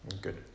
Good